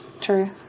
true